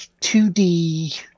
2D